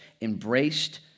embraced